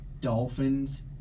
Dolphins